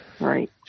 Right